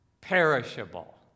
Perishable